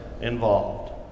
involved